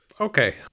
Okay